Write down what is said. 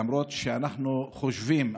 למרות שאנחנו חושבים,